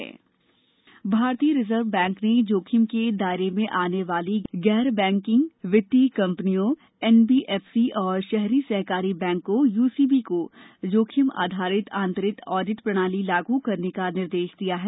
गैर बैकिंग वित्तीय कंपनियां भारतीय रिजर्व बैंक ने जोखिम के दायरे में आने वाली गैर बैंकिंग वित्तीय कंपनियों एनबीएफसी और शहरी सहकारी बैंकों यूसीबी को जोखिम आधारित आंतरिक ऑडिट प्रणाली लागू करने का निर्देश दिया है